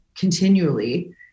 Continually